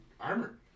armor